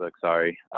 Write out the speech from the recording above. sorry